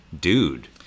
dude